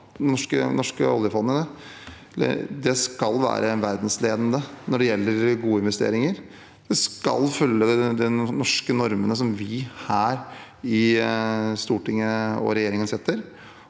norske oljefondet skal være verdensledende når det gjelder gode investeringer. Det skal følge de norske normene som vi her i Stortinget og regjeringen setter,